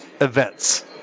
events